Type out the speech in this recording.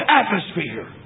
atmosphere